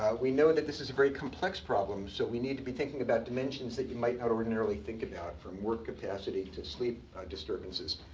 we know that this is a very complex problem. so we need to be thinking about dimensions that you might not ordinarily think about, from work capacity to sleep disturbances.